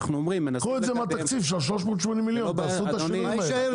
קחו מהתקציב של ה-380 מיליון ₪ ותעשו את השינויים האלה.